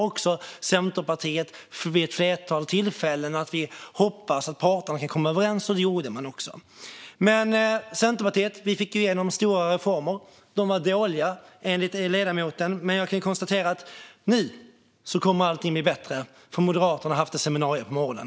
Centerpartiet sa vid ett flertal tillfällen att vi hoppades att parterna kunde komma överens, och det gjorde de också. Centerpartiet fick igenom stora reformer. Dessa var dåliga, enligt ledamoten, men jag kan konstatera att allt kommer att bli bättre nu därför att Moderaterna har haft ett seminarium på morgonen.